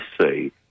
say